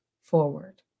forward